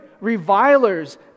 revilers